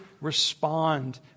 respond